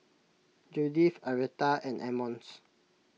Judyth Aretha and Emmons